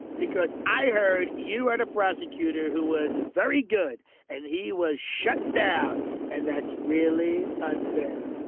because i heard you at a prosecutor who was very good and he was shut down and that's really unfair.